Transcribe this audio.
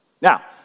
Now